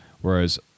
Whereas